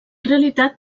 realitat